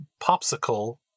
popsicle